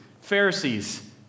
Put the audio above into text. Pharisees